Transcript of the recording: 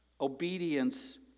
Obedience